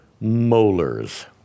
molars